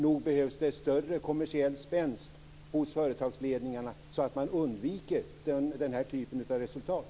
Nog behövs det större kommersiell spänst hos företagsledningarna så att man undviker den här typen av resultat.